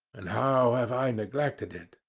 and how have i neglected it?